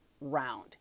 round